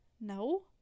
No